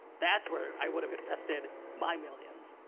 that's where i would've invested my millions,